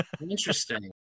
Interesting